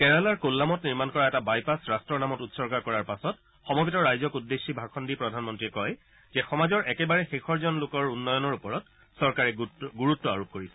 কেৰালাৰ কোল্লামত নিৰ্মাণ কৰা এটা বাইপাছ ৰাট্টৰ নামত উৎসৰ্গা কৰাৰ পাছত সমবেত ৰাইজক উদ্দেশ্যি ভাষণ দি প্ৰধানমন্ত্ৰীয়ে কয় যে সমাজৰ একেবাৰে শেষৰজন লোকৰ উন্নয়নৰ ওপৰত চৰকাৰে গুৰুত্ আৰোপ কৰিছ